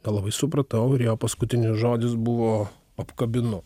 nelabai supratau ir jo paskutinis žodis buvo apkabinu